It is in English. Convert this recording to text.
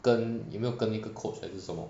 跟有没有跟一个 coach 还是什么